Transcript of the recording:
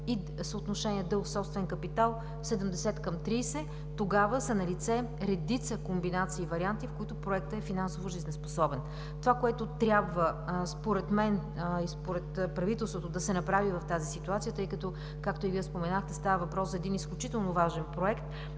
и съотношение дълг към собствен капитал 70 към 30, тогава са налице редица комбинации и варианти, в които Проектът е финансово жизнеспособен. Това, което трябва според мен и според правителството да се направи в тази ситуация, тъй като става въпрос за изключително важен Проект,